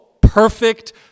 perfect